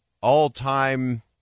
all-time